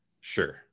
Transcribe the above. sure